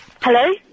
Hello